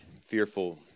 fearful